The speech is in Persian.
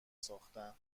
ساختن